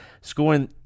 scoring